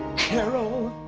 carol,